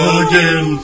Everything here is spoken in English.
again